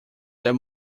there